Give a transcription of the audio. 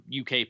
UK